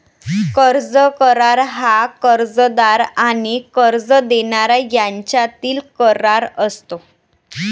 कर्ज करार हा कर्जदार आणि कर्ज देणारा यांच्यातील करार असतो